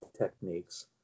techniques